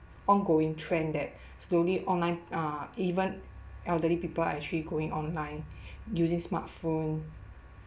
ongoing trend that slowly online uh even elderly people are actually going online using smartphone